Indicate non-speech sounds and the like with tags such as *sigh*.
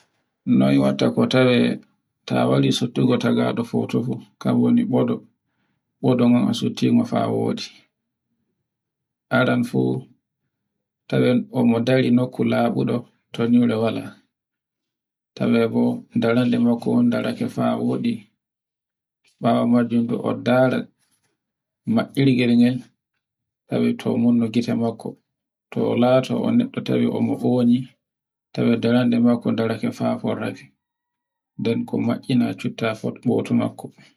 noy watta ta wari suttugo tagabe poto kan woni bodo, *noise* bodo nhon a suttungo haa a woti. Aran fu tomo dari nokku labuɗo to nyure wala, tawe bo daranɗe makku mo ndarake faa a woɗi. Bawo majjum to on ndara maccirgel ngel tawe to munne gite makko, to olato to neɗɗo tawi eoni, tawe nderande makko fa farrake. *noise* nden ko maccina cutta fa gotun makko. *noise*